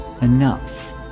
enough